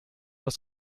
das